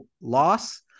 loss